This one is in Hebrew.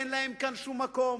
אין להם כאן שום מקום.